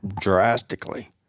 drastically